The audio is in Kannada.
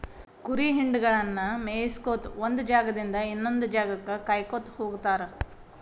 ಕುರಿ ಹಿಂಡಗಳನ್ನ ಮೇಯಿಸ್ಕೊತ ಒಂದ್ ಜಾಗದಿಂದ ಇನ್ನೊಂದ್ ಜಾಗಕ್ಕ ಕಾಯ್ಕೋತ ಹೋಗತಾರ